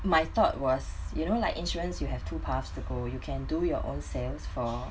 my thought was you know like insurance you have two paths to go you can do your own sales for